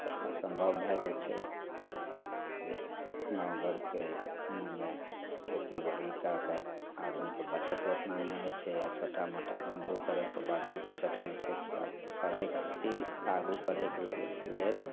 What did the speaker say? असम्भव भए जाइ छै से गामघरके मने खेतीबाड़ी कै के आदमीकेँ बचत ओतना नहि होइ छै आओर छोटा मोटा धन्धो करैके बाद भी बचत नहि छै तऽ पढ़ै खातिर आगू बढ़ैके लेल